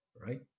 right